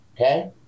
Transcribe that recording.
Okay